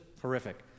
horrific